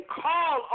call